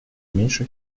меньше